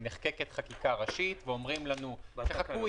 נחקקת חקיקה ראשית ואומרים לנו: תחכו,